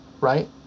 right